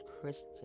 Christian